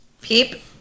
Peep